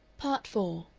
part four